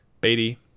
Beatty